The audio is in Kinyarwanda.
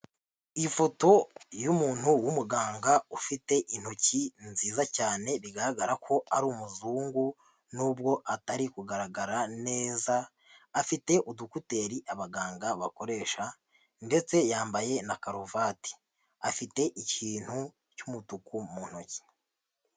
Ifoto y'umuntu w'umuganga ufite intoki nziza cyane bigaragara ko ari umuzungu n'ubwo atari kugaragara neza afite udukuteri abaganga bakoresha ndetse yambaye na karuvati, afite ikintu cy'umutuku mu ntoki.